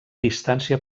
distància